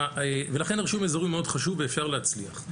לכן הרישום האזורי הוא מאד חשוב ואפשר להצליח.